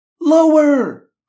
Lower